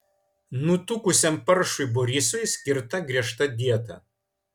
nutukusiam paršui borisui skirta griežta dieta